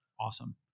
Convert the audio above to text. Awesome